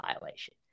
violation